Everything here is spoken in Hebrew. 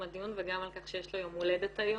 הדיון וגם על כך שיש לו יום הולדת היום.